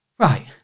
Right